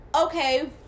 okay